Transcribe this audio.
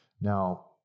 Now